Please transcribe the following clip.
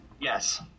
Yes